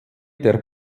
der